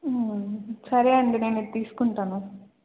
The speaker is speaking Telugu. సరే అండి నేను ఇది తీసుకుంటాను